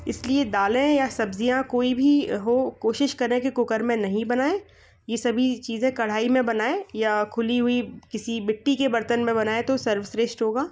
इसलिए दालें या सब्जियाँ कोई भी हो कोशिश करें की कुकर में नहीं बनाए ये सभी चीज़ें कढ़ाई में बनाए या खुली हुई किसी मिट्टी के बर्तन मे बनाए तो सर्वश्रेष्ठ होगा